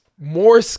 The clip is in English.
More